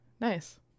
Nice